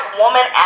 woman